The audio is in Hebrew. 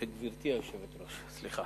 גברתי היושבת-ראש, סליחה.